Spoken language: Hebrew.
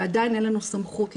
ועדיין אין לנו סמכות,